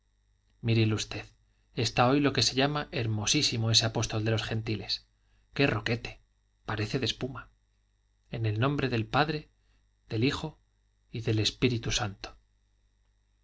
mírele usted está hoy lo que se llama hermosísimo ese apóstol de los gentiles qué roquete parece de espuma en el nombre del padre del hijo y del espíritu santo